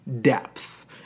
depth